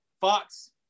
Fox